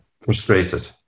frustrated